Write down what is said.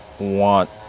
want